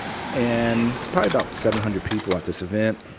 and probably about seven hundred people at this event,